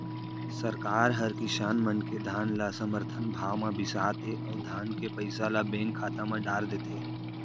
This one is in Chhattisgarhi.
सरकार हर किसान मन के धान ल समरथन भाव म बिसाथे अउ धान के पइसा ल बेंक खाता म डार देथे